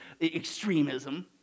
extremism